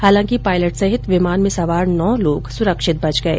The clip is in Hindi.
हालांकि पायलट सहित विमान में सवार नौ लोग सुरक्षित बच गये